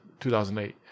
2008